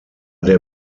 der